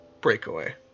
Breakaway